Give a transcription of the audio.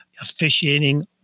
officiating